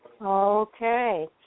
Okay